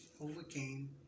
overcame